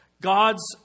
God's